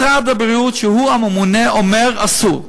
משרד בריאות, שהוא הממונה, אומר: אסור.